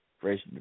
Fresh